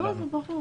זה ברור.